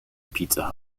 pizza